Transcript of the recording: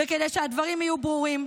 וכדי שהדברים יהיו ברורים,